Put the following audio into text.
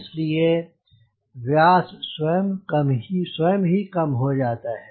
इस लिए व्यास स्वयं ही कम हो जाता है